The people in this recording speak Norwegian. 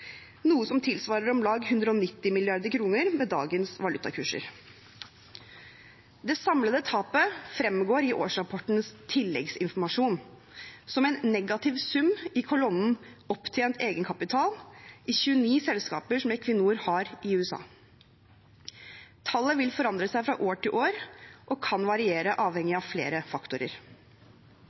noe som tilsvarer om lag 190 mrd. kr med dagens valutakurser. Det samlede tapet fremgår i årsrapportens «Tilleggsinformasjon» som en negativ sum i kolonnen «Opptjent egenkapital» i 29 selskaper som Equinor har i USA. Tallet vil forandre seg fra år til år og kan variere avhengig av flere faktorer.